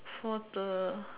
for the